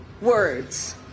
words